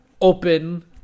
open